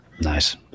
Nice